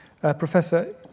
Professor